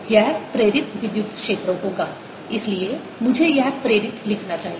यह प्रेरित विद्युत क्षेत्र होगा इसलिए मुझे यह प्रेरित लिखना चाहिए